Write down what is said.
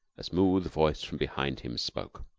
a smooth voice from behind him spoke.